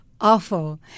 awful